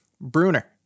Bruner